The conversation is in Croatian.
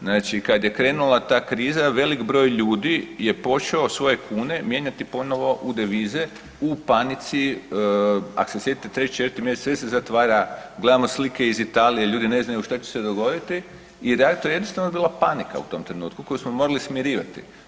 Znači kad je krenula ta kriza, velik broj ljudi je počeo svoje kune mijenjati ponovno u devize u panici ak se sjetite 3., 4. mj. sve se zatvara, gledamo slike iz Italije, ljudi ne znaju šta će se dogoditi i zato je jednostavno bila panika u tom trenutku koji smo morali smirivati.